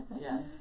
Yes